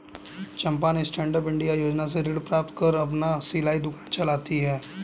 चंपा ने stand up India योजना से ऋण प्राप्त कर अपना सिलाई दुकान चलाती है